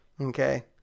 okay